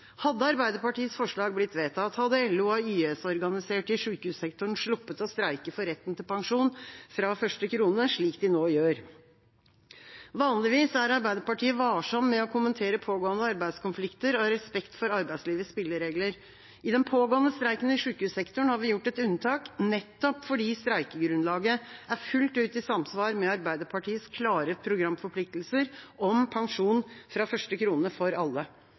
Hadde Arbeiderpartiets forslag blitt vedtatt, hadde LO- og YS-organiserte i sykehussektoren sluppet å streike for retten til pensjon fra første krone, slik de nå gjør. Vanligvis er Arbeiderpartiet varsom med å kommentere pågående arbeidskonflikter, av respekt for arbeidslivets spilleregler. I den pågående streiken i sykehussektoren har vi gjort et unntak, nettopp fordi streikegrunnlaget er fullt ut i samsvar med Arbeiderpartiets klare programforpliktelser om pensjon fra første krone for alle.